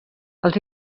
els